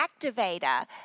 activator